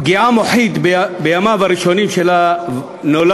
פגיעה מוחית בימיו הראשונים של הנולד,